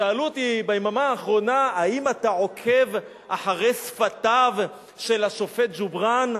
שאלו אותי ביממה האחרונה: האם אתה עוקב אחרי שפתיו של השופט ג'ובראן?